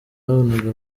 babonaga